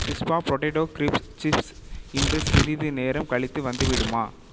சிஸ்பா potato crisps chips இன்று சிறிது நேரம் கழித்து வந்துவிடுமா